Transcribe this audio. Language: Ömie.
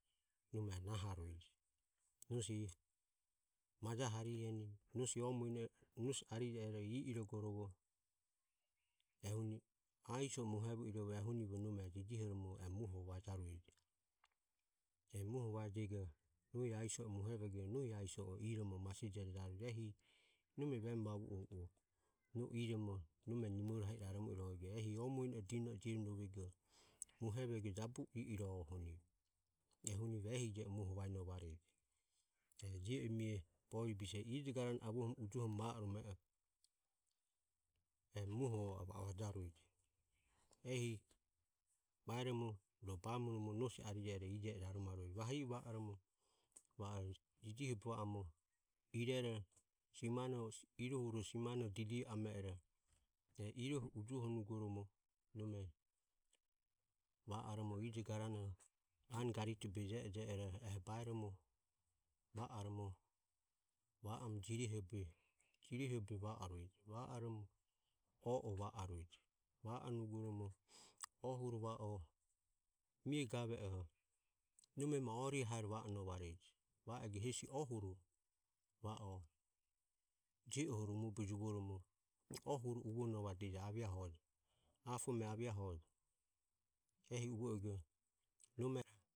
Nome naharueje. Nosi maja hariheni nosi omueno nosi arijo ero i irogorovo ehuni aiso e muohevo irovo ehunivo nome jijihonovareje. E muoho vajego nahi aiso nohi aiso o muohevego nohi aiso e iromo masijerajoro ehi nome vemu vavu o no o iromo nome nimorohe i raromo irohego ehi o mueno dino e dino e rovego muohevogo jabu o i irohenivo ehuni ehije e muoho vaenovareje. E je e mie bovie bise e ije garane avohoromo ujuoho va orome oho e muoho vaja rueje ehi vaeromo ro bamoromo nosi arije ero ije i raromarueje. Vahi e va oromo va o jijihobe va oromo irero simanore irohuro simanore didi o ame ero e iroho ujuohonugoromo nome va oromo ijo garane simanore didi oromo ano garite beje e je ero eho baeromo va oromo jirehoromo jireho be va oromo va o oe o va arueje va o nugoromo ohuro va o mie gave oho nome ma ori ahero va o novareje va ego hesi ohuro va o je oho rumo be juvoromo ohuro uvo novadeje eho aviahojo apo me avia hojo ehi uvo ego nomero